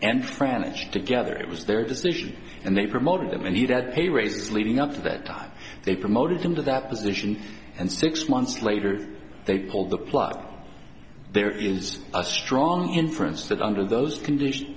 and french together it was their decision and they promoted him and you don't pay raises leading up to that they promoted him to that position and six months later they pulled the plug there is a strong inference that under those conditions